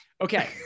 Okay